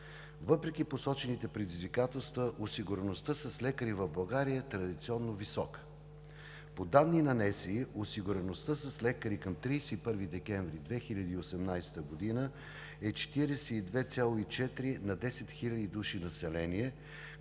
Въпреки посочените предизвикателства, осигуреността с лекари в България традиционно е висока. По данни на НСИ осигуреността с лекари към 31 декември 2018 г. е 42,4 на 10 000 души население,